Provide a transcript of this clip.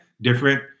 different